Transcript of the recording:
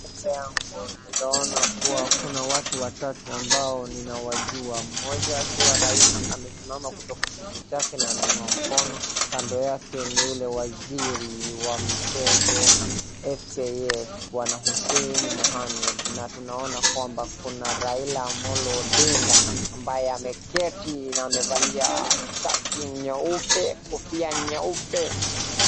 Kuna watu watatu ambao ninawajua. Mmoja akiwa rais amesimama kutoka kiti chake na anainua mkono. Kando yake ni yule waziri wa michezo FKA bwana Hussein Mohhamed na tunaona kwamba kuna Raila Amolo Odinga ambaye ameketi na amevalia sharti nyeupe, kofia nyeupe.